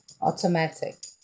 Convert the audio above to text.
automatic